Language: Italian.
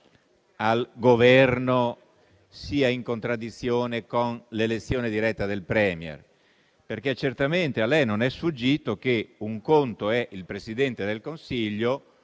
articolo sia in contraddizione con l'elezione diretta del *Premier*, perché certamente a lei non è sfuggito che un conto è il Presidente del Consiglio,